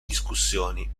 discussioni